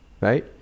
right